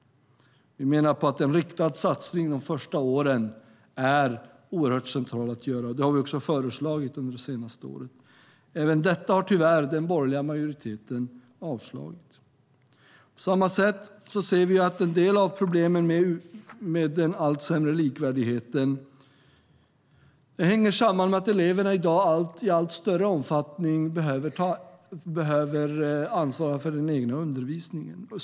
Vi menar att en riktad satsning de första åren är oerhört central att göra. Det har vi också föreslagit under det senaste året. Även detta har tyvärr den borgerliga majoriteten avslagit. På samma sätt ser vi att en del av problemen med den allt sämre likvärdigheten hänger samman med att eleverna i dag i allt större omfattning behöver ansvara för den egna undervisningen.